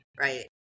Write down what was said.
right